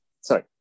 sorry